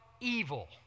evil